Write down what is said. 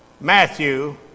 Matthew